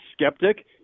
skeptic